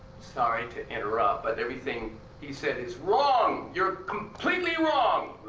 sorry to interrupt but everything he said is wrong. you're completely wrong!